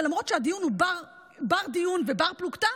ולמרות שהדיון הוא בר-דיון ובר-פלוגתא,